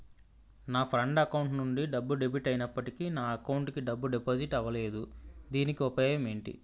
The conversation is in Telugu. నా ఫ్రెండ్ అకౌంట్ నుండి డబ్బు డెబిట్ అయినప్పటికీ నా అకౌంట్ కి డబ్బు డిపాజిట్ అవ్వలేదుదీనికి ఉపాయం ఎంటి?